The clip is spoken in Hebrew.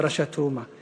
פרשת תרומה.